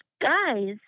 guys